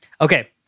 Okay